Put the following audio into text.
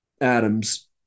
Adams